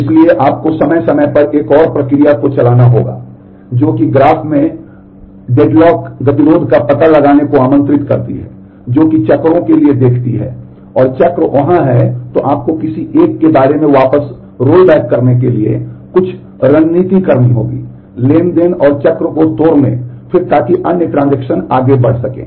इसलिए आपको समय समय पर एक और प्रक्रिया को चलाना होगा जो कि ग्राफ़ में गतिरोध पता लगाने को आमंत्रित करती है जो कि चक्रों के लिए दिखती है और चक्र वहाँ है तो आपको किसी एक के बारे में वापस रोल करने के लिए कुछ रणनीति करनी होगी लेन देन और चक्र को तोड़ने और फिर ताकि अन्य ट्रांजेक्शन आगे बढ़ सकें